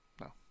no